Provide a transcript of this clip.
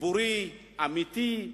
ציבורי אמיתי.